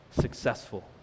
successful